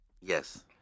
Yes